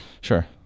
Sure